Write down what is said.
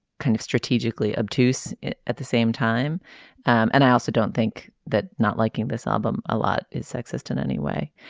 kind of strategically obtuse at the same time and i also don't think that not liking this album a lot is sexist in any way.